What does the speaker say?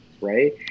right